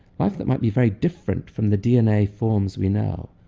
life that might be very different from the dna forms we know.